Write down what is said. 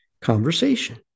conversation